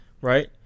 right